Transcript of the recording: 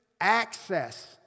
Access